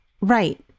Right